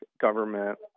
government